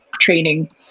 training